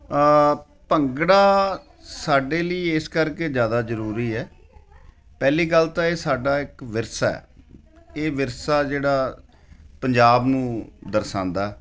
ਭੰਗੜਾ ਸਾਡੇ ਲਈ ਇਸ ਕਰਕੇ ਜ਼ਿਆਦਾ ਜ਼ਰੂਰੀ ਹੈ ਪਹਿਲੀ ਗੱਲ ਤਾਂ ਇਹ ਸਾਡਾ ਇੱਕ ਵਿਰਸਾ ਹੈ ਇਹ ਵਿਰਸਾ ਜਿਹੜਾ ਪੰਜਾਬ ਨੂੰ ਦਰਸਾਉਂਦਾ